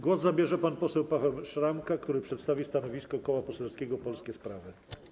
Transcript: Głos zabierze pan poseł Paweł Szramka, który przedstawi stanowisko Koła Poselskiego Polskie Sprawy.